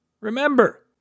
Remember